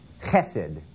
chesed